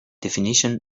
definition